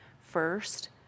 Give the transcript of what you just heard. first